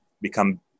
become